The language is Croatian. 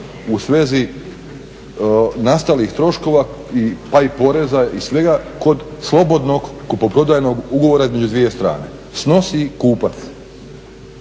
u svezi nastalih troškova, pa i poreza i svega kod slobodnog kupoprodajnog ugovora između dvije strane? Snosi kupac,